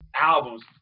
albums